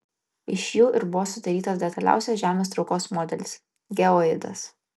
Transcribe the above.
iš jų ir buvo sudarytas detaliausias žemės traukos modelis geoidas